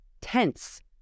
tense